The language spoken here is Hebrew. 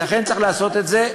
ולכן, לכן צריך לעשות את זה.